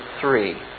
three